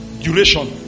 duration